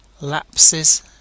Lapses